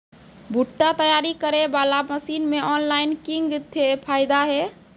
भुट्टा तैयारी करें बाला मसीन मे ऑनलाइन किंग थे फायदा हे?